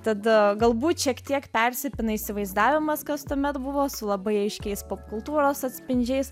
tada galbūt šiek tiek persipina įsivaizdavimas kas tuomet buvo su labai aiškiais popkultūros atspindžiais